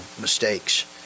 mistakes